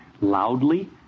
loudly